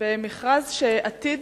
מכרז שעתיד